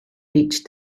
reached